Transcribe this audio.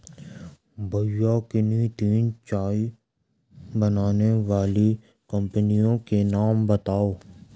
भैया किन्ही तीन चाय बनाने वाली कंपनियों के नाम बताओ?